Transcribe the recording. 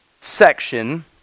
section